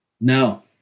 No